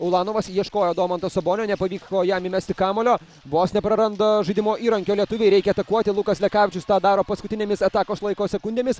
ulanovas ieškojo domanto sabonio nepavyko jam įmesti kamuolio vos nepraranda žaidimo įrankio lietuviai reikia atakuoti lukas lekavičius tą daro paskutinėmis atakos laiko sekundėmis